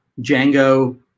Django